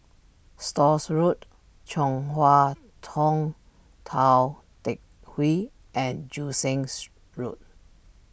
Stores Road Chong Hua Tong Tou Teck Hwee and Joo since Road